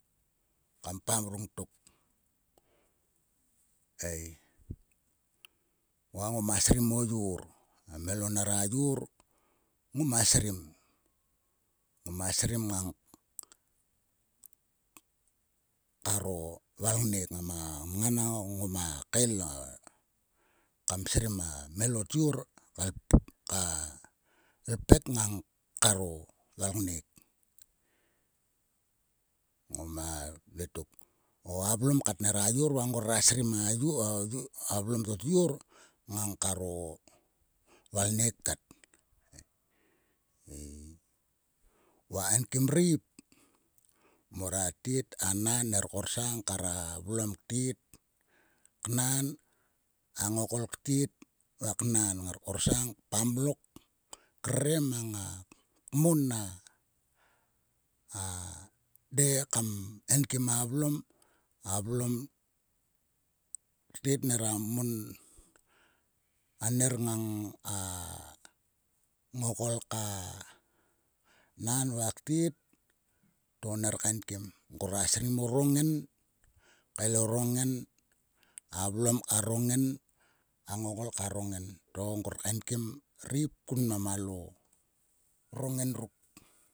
Kam pam vrongtok ei va ngoma srim o yor. A mhelo nama yor ngoma srim. Ngoma srim ngang karo valngnek. ngama mngan nang ngoma kael o. Kam srim a mhelo tyor ka ipek ngang karo valngnek. Ngoma vletok o a vlom kat nera yo va ngora srim a yor. a vlom to tyor ngang karo valngnek kat ei. Va enkim ireip. Mor a tet. a nan ngror korsang kar a vlom ktet. knan. A ngokol ktet va knan ngar korsang pamlok krere mang a. kmon a de kam kmenkim a vlom. A vlom ktet nera mon aner ngang a ngokol ka kran va ktet to ner kainkim. Ngrora srim o roneng kael o roneng. A vlom ka roneng a ngokol ka roneng to ngror kaenkim ireip kun mnam alo roneng ruk.